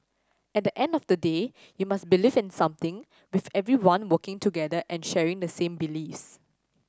at the end of the day you must believe in something with everyone working together and sharing the same beliefs